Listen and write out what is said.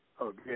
Okay